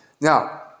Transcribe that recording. Now